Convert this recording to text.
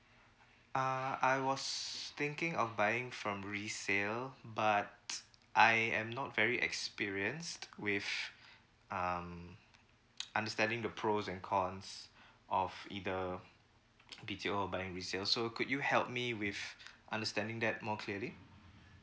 uh I was thinking of buying from resale but I am not very experienced with um understanding the pros and cons of either B_T_O or resale so could you help me with understanding that more clearly